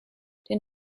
den